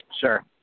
Sure